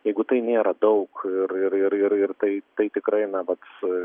jeigu tai nėra daug ir ir ir ir tai tai tikrai na vat